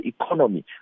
economy